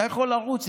אתה יכול לרוץ,